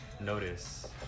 notice